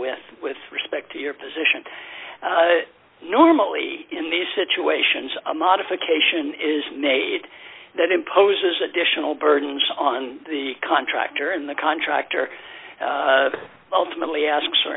with with respect to your position normally in these situations a modification is ne it that imposes additional burdens on the contractor and the contractor ultimately asks for